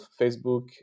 Facebook